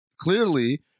clearly